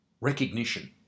Recognition